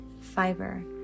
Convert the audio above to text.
fiber